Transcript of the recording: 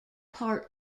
part